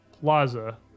plaza